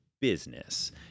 business